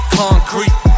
concrete